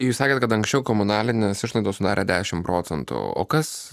jūs sakėte kad anksčiau komunalinės išlaidos sudarė dešimt procentų o kas